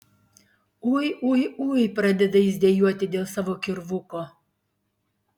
ui ui ui pradeda jis dejuoti dėl savo kirvuko